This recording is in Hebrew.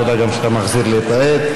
תודה גם שאתה מחזיר לי את העט.